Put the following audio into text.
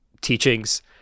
teachings